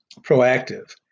proactive